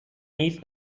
nic